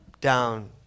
down